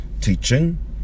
teaching